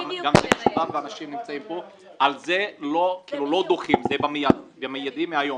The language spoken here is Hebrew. את זה לא דוחים וזה החל מהיום.